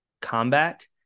combat